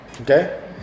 okay